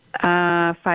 five